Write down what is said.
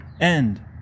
end